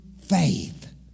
faith